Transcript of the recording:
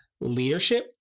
leadership